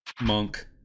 monk